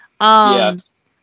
Yes